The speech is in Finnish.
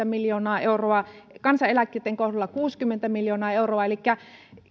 miljoonaa euroa kansaneläkkeitten kohdalla kuusikymmentä miljoonaa euroa elikkä